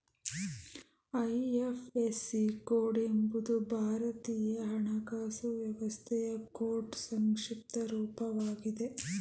IFSC code ಎಂಬುದು ಭಾರತೀಯ ಹಣಕಾಸು ವ್ಯವಸ್ಥೆಯ ಕೋಡ್ನ್ ಸಂಕ್ಷಿಪ್ತ ರೂಪವಾಗಿದೆ